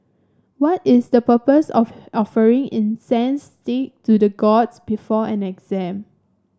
what is the purpose of offering incense stay to the gods before an exam